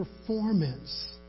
performance